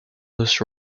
this